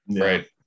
Right